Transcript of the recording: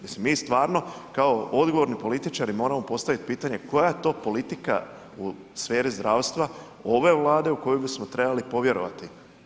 Mislim mi stvarno kao odgovorni političari moramo postaviti pitanje koja je to politika u sferi zdravstva ove Vlade u koju bismo trebali povjerovati.